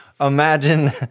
imagine